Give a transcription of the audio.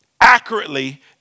accurately